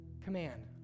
command